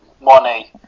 Money